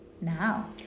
now